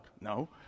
No